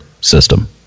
system